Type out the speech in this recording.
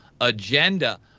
agenda